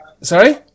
Sorry